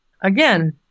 again